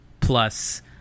plus